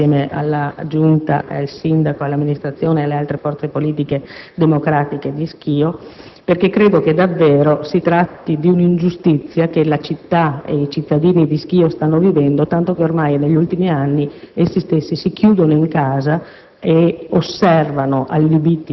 tenga - ovviamente insieme alla Giunta, al Sindaco e alle forze politiche democratiche di Schio - perché credo che davvero si tratti di un'ingiustizia che la città ed i cittadini di Schio stanno subendo, tanto che ormai, negli ultimi anni, essi stessi si chiudono in casa